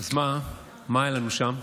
אז מה, מה היה לנו שם?